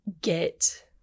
get